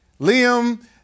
Liam